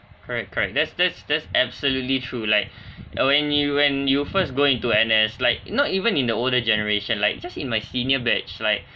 correct correct that's that's that's absolutely true like when you when you first go into N_S like not even in the older generation like just in my senior batch like